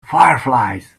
fireflies